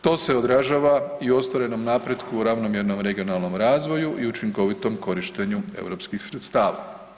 To se odražava i u ostvarenom napretku u ravnomjernom regionalnom razvoju i učinkovitom korištenju EU sredstava.